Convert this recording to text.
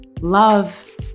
love